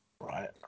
Right